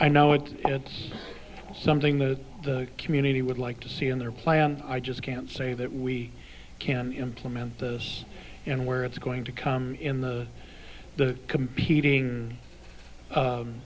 i know what it's something that the community would like to see in their plan i just can't say that we can implement this and where it's going to come in the the competing